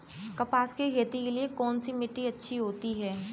कपास की खेती के लिए कौन सी मिट्टी अच्छी होती है?